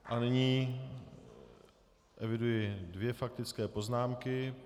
A nyní eviduji dvě faktické poznámky.